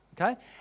okay